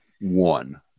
one